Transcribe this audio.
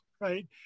right